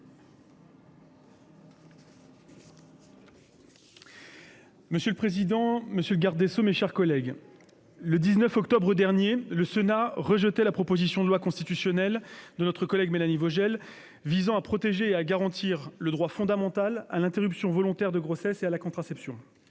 Monsieur le président, monsieur le garde des sceaux, mes chers collègues, le 19 octobre dernier, le Sénat rejetait la proposition de loi constitutionnelle de notre collègue Mélanie Vogel visant à protéger et à garantir le droit fondamental à l'interruption volontaire de grossesse et à la contraception.